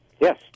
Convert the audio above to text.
Yes